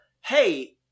hey